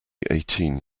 eighteen